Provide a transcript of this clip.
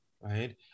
right